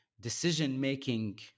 decision-making